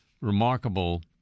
remarkable